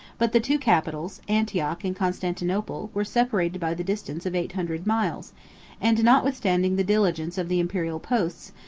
but the two capitals, antioch and constantinople, were separated by the distance of eight hundred miles and, notwithstanding the diligence of the imperial posts,